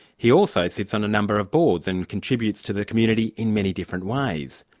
he also sits on a number of boards and contributes to the community in many different ways.